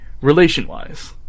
relation-wise